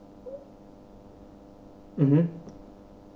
mmhmm